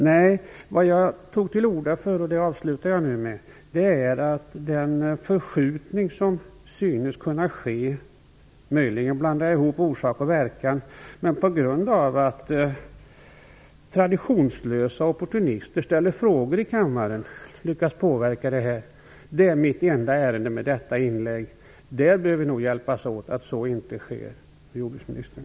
Möjligen blandar jag ihop orsak och verkan. Men anledningen till att jag tog till orda, och det avslutar jag nu med, är den förskjutning som synes kunna ske på grund av att traditionslösa opportunister ställer frågor i kammaren och därmed lyckas påverka saker. Det är mitt enda ärende med detta inlägg. Vi bör nog hjälpas åt så att så inte sker, jordbruksministern.